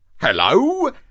Hello